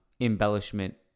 embellishment